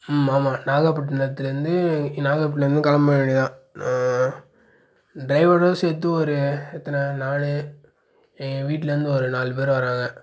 ம் ஆமாம் நாகபட்னத்தில் இருந்து நாகபட்னத்தில் இருந்து கிளம்ப வேண்டியதுதான் ட்ரைவரோடு சேர்த்து ஒரு எத்தனை நாலு எங்கள் வீட்டில் இருந்து ஒரு நாலு பேரு வராங்க